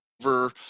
over